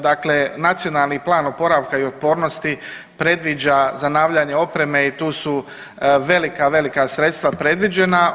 Dakle, Nacionalni plan oporavka i otpornosti predviđa zanavljanje opreme i tu su velika, velika sredstva predviđena.